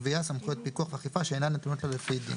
גבייה סמכויות פיקוח ואכיפה שאינן נתונות לה לפי דין.